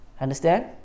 understand